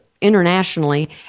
internationally